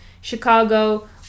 chicago